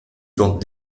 vendent